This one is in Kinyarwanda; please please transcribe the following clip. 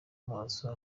maso